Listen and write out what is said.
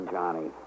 Johnny